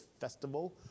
festival